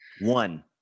One